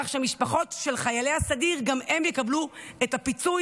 כך שמשפחות של חיילי הסדיר גם הן תקבלנה את הפיצוי